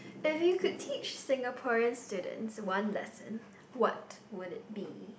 if you could teach Singaporean student one lesson what would it be